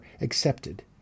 accepted